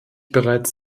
bereits